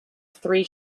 three